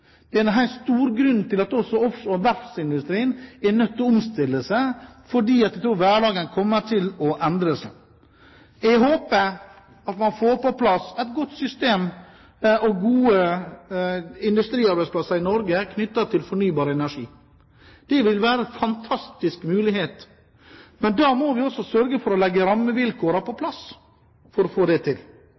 er en stor grunn til at også verftsindustrien er nødt til å omstille seg, fordi hverdagen kommer til å endre seg. Jeg håper at man får på plass et godt system og gode industriarbeidsplasser i Norge knyttet til fornybar energi. Det vil være en fantastisk mulighet, men da må vi også sørge for å legge rammevilkårene på plass for å få det til.